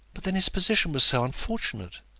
but then his position was so unfortunate!